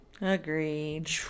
Agreed